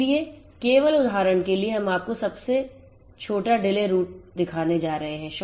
इसलिए केवल उदाहरण के लिए हम आपको सबसे छोटा Delay route दिखाने जा रहे हैं